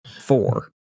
Four